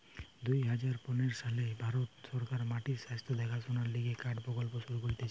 দুই হাজার পনের সালে ভারত সরকার মাটির স্বাস্থ্য দেখাশোনার লিগে কার্ড প্রকল্প শুরু করতিছে